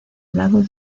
lado